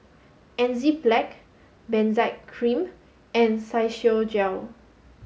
Enzyplex Benzac Cream and Physiogel